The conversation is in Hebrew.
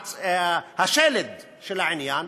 השלד של העניין,